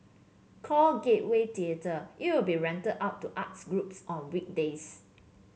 called Gateway Theatre it will be rented out to arts groups on weekdays